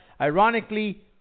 Ironically